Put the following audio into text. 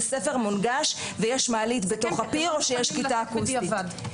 הספר מונגש ויש מעלית בתוך הפיר או שיש כיתה אקוסטית.